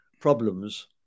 problems